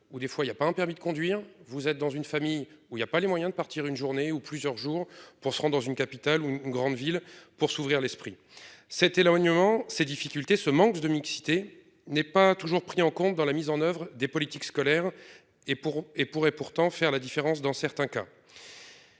où des fois il y a pas un permis de conduire. Vous êtes dans une famille où il y a pas les moyens de partir une journée où plusieurs jours pour se rend dans une capitale une grande ville pour s'ouvrir l'esprit cet éloignement ces difficultés ce manque de mixité n'est pas toujours pris en compte dans la mise en oeuvre des politiques scolaires et pour et pourrait pourtant faire la différence dans certains cas.